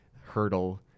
hurdle